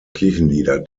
kirchenlieder